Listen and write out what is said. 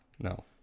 No